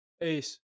Ace